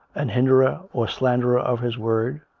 an hinderer or slanderer of his word.